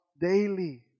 daily